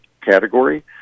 category